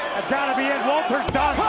that's gotta be it, walter's done.